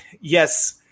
yes